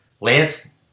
Lance